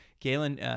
Galen